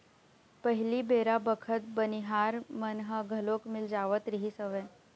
पहिली बेरा बखत बनिहार मन ह घलोक मिल जावत रिहिस हवय